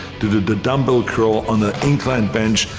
to do the dumbbell curl on the incline bench,